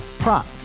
Prop